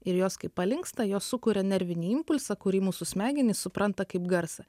ir jos kaip palinksta jos sukuria nervinį impulsą kurį mūsų smegenys supranta kaip garsą